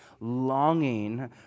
longing